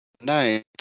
night